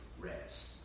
rest